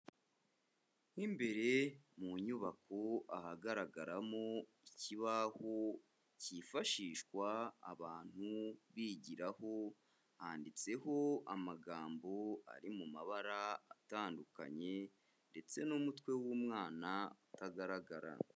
Mo imbere mu nyubako ahagaragaramo ikibaho cyifashishwa abantu bigiraho, handitseho amagambo ari mu mabara atandukanye ndetse n'umutwe w'umwana utagaragara.